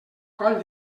coll